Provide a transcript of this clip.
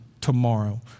tomorrow